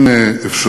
המדינה.